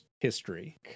history